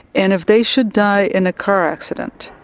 and if they should die in a car accident,